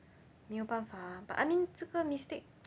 没有办法 but I mean 这个 mistake